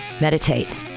Meditate